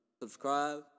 Subscribe